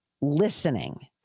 listening